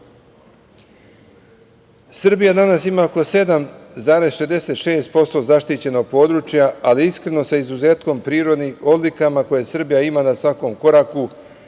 danas ima oko 7,66% zaštićenog područja, ali iskreno sa izuzetkom prirodnih odlika koje Srbija ima na svakom koraku